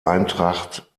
eintracht